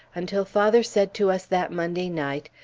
until father said to us that monday night,